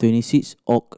twenty six Oct